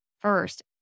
first